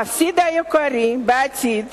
המפסיד העיקרי בעתיד